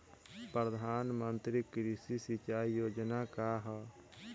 प्रधानमंत्री कृषि सिंचाई योजना का ह?